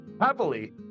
Happily